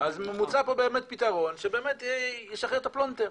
אז מוצע פה פתרון שבאמת ישחרר את הפלונטר,